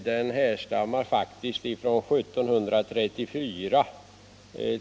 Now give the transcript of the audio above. Den härstammar faktiskt till vissa delar från 1734.